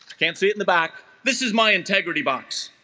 can't see it in the back this is my integrity box